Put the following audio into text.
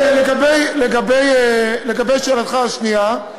לגבי שאלתך השנייה,